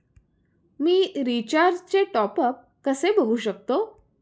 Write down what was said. मी रिचार्जचे टॉपअप कसे बघू शकतो?